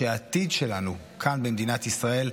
שהעתיד שלנו כאן במדינת ישראל,